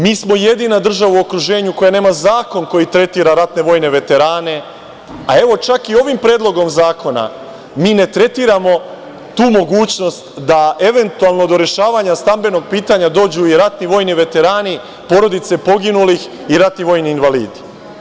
Mi smo jedina država u okruženju koja nema zakon koji tretira ratne vojne veterane, a evo čak i ovim predlogom zakona mi ne tretiramo tu mogućnost da eventualno do rešavanja stambenog pitanja dođu i ratni vojni veterani, porodice poginulih i ratni vojni invalidi.